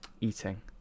eating